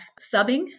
subbing